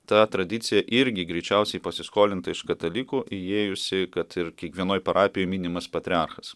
ta tradicija irgi greičiausiai pasiskolinta iš katalikų įėjusi kad ir kiekvienoj parapijoj minimas patriarchas